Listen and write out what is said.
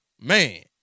man